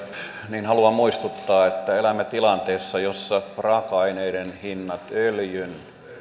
niin haluan muistuttaa että elämme tilanteessa jossa raaka aineiden hinnat öljyn